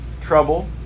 trouble